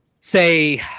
say